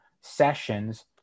sessions